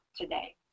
today